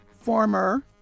former